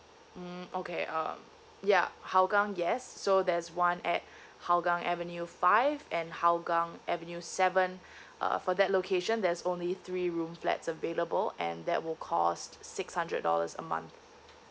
mm okay um yeah hougang yes so there's one at hougang avenue five and hougang avenue seven uh for that location there's only three room flats available and that will cost six hundred dollars a month